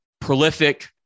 prolific